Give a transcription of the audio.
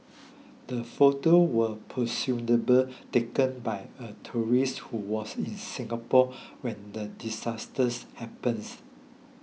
the photos were presumably taken by a tourist who was in Singapore when the disasters happens